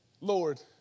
Lord